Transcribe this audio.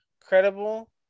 credible